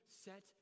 set